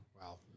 Wow